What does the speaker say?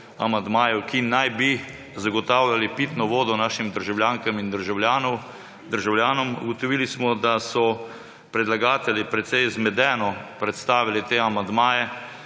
ki naj bi zagotavljali pitno vodo našim državljankam in državljanom. Ugotovili smo, da so predlagatelji precej zmedeno predstavili te amandmaje